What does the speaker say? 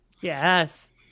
Yes